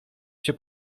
się